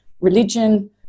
religion